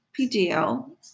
PDL